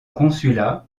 consulat